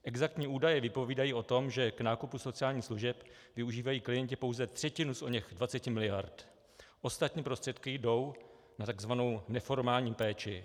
Exaktní údaje vypovídají o tom, že k nákupu sociálních služeb využívají klienti pouze třetinu z oněch 20 mld., ostatní prostředky jdou na tzv. neformální péči.